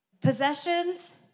possessions